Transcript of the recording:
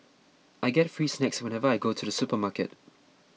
I get free snacks whenever I go to the supermarket